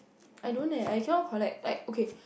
I don't leh I cannot collect like okay